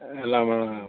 எல்லாமே